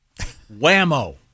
whammo